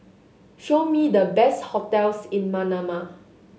show me the best hotels in Manama